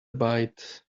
bite